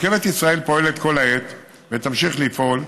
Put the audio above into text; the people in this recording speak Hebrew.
רכבת ישראל פועלת כל העת ותמשיך לפעול,